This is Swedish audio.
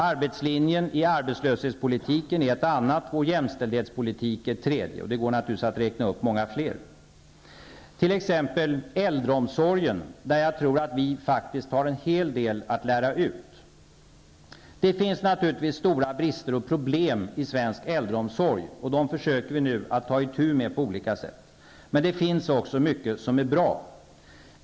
Arbetslinjen i arbetslöshetspolitiken är ett annat, vår jämställdhetspolitik ett tredje, och det går naturligtvis att räkna upp många fler. Jag kan nämna bl.a. äldreomsorgen, där jag tror att vi faktiskt har en hel del att lära ut. Det finns givetvis stora brister och problem i svensk äldreomsorg, och dessa försöker vi nu ta itu med på olika sätt, men det finns också mycket som är bra.